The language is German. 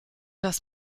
des